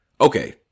okay